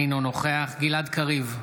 אינו נוכח גלעד קריב,